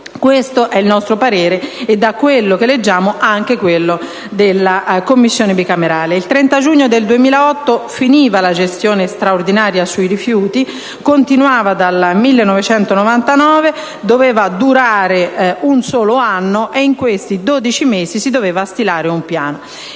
questo è il nostro parere e, da quello che leggiamo, anche quello della Commissione bicamerale. Il 30 giugno 2008 finiva la gestione straordinaria sui rifiuti: continuava dal 1999, doveva durare un solo anno e in quei dodici mesi si doveva stilare un piano.